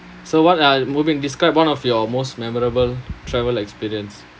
so what are mubin describe one of your most memorable travel experience